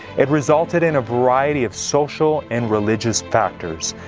it resulted in a variety of social and religious factors.